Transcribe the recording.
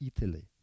Italy